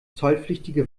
zollpflichtige